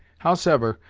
howsever,